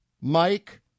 Mike